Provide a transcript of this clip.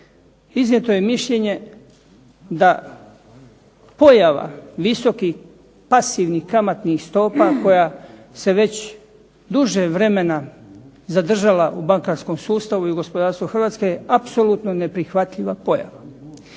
iznijeto je mišljenje da pojava visokih pasivnih kamatnih stopa koja se već duže vremena zadržala u bankarskom sustavu i u gospodarstvu Hrvatske apsolutno neprihvatljiva pojava.